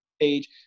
page